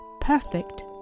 Perfect